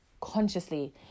consciously